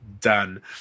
done